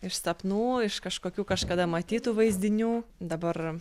iš sapnų iš kažkokių kažkada matytų vaizdinių dabar